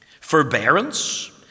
Forbearance